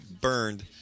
burned